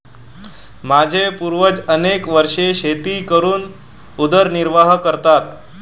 माझे पूर्वज अनेक वर्षे शेती करून उदरनिर्वाह करतात